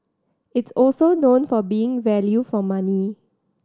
it's also known for being value for money